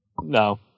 No